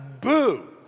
boo